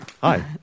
Hi